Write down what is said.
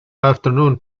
afternoon